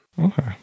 Okay